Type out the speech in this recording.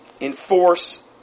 enforce